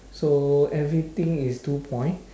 so everything is two point